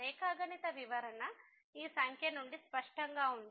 రేఖాగణిత వివరణ ఈ సంఖ్య నుండి స్పష్టంగా ఉంది